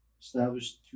established